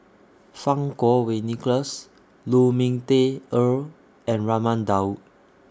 Fang Kuo Wei Nicholas Lu Ming Teh Earl and Raman Daud